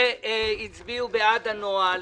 12 הצביעו בעד הנוהל,